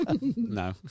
No